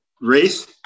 race